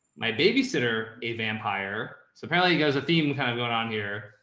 my babysitter, a vampire. so apparently he goes a theme kind of going on here.